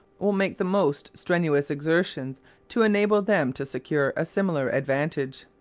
will make the most strenuous exertions to enable them to secure a similar advantage.